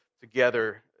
together